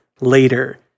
later